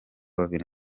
babiri